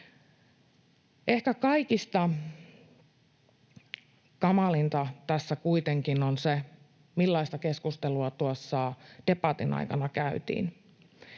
Ehkä kaikista kamalinta tässä kuitenkin on se, millaista keskustelua tuossa debatin aikana käytiin.